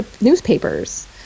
newspapers